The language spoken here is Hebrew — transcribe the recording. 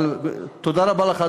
אבל תודה רבה לך,